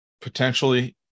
potentially